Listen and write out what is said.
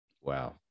Wow